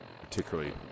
particularly